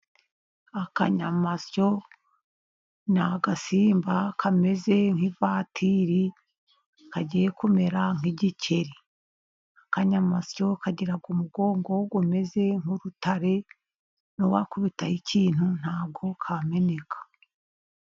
Akanyamasyo ni agasimba kameze nk'ivatiri, kagiye kumera nk'igikeri. Akanyamasyo kagira umugongo umeze nk'urutare, n'uwakubitaho ikintu ntabwo kameneka.